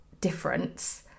difference